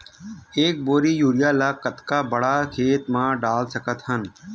एक बोरी यूरिया ल कतका बड़ा खेत म डाल सकत हन?